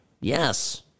yes